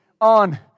on